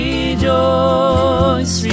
Rejoice